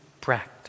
practice